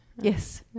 Yes